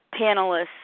panelists